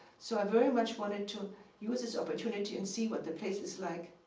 so i very much wanted to use this opportunity and see what the place is like.